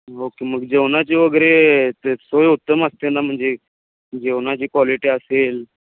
okay मग जेवणाची वगैरे ते सोय उत्तम असते ना म्हणजे जेवणाची कॉलिटी असेल